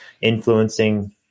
influencing